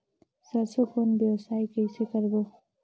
सरसो कौन व्यवसाय कइसे करबो?